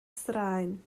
straen